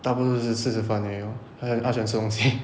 大部分就是吃吃饭而已 lor 还有她喜欢吃东西